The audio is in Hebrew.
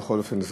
בכל אופן,